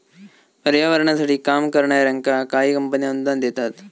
पर्यावरणासाठी काम करणाऱ्यांका काही कंपने अनुदान देतत